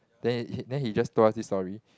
then he then he just told us this story